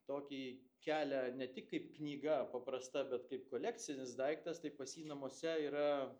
tokį kelia ne tik kaip knyga paprasta bet kaip kolekcinis daiktas tai pas jį namuose yra